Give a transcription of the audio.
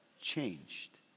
changed